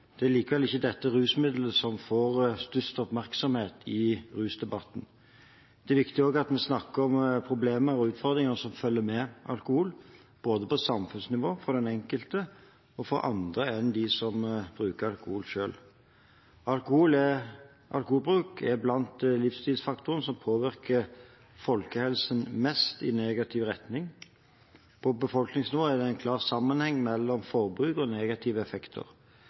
Det er likevel ikke dette rusmidlet som får størst oppmerksomhet i rusdebatten. Det er viktig at vi også snakker om problemene og utfordringene som følger med alkohol, både på samfunnsnivå, for den enkelte og for andre enn dem som bruker alkohol selv. Alkoholbruk er blant livsstilsfaktorene som påvirker folkehelsen mest i negativ retning. På befolkningsnivå er det en klar sammenheng mellom forbruk og negative effekter.